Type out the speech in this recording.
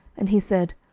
and he said,